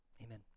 amen